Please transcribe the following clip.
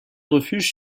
refuge